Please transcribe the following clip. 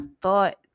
thought